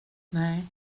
nej